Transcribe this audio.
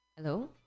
Hello